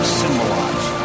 symbolize